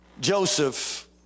Joseph